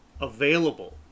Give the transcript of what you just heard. available